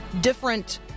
different